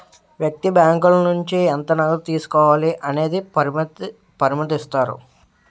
వ్యక్తి బ్యాంకుల నుంచి ఎంత నగదు తీసుకోవాలి అనేది పరిమితుదిస్తారు